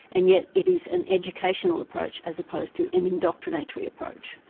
and yet it is an educational approach as opposed to an indoctrinatory approach.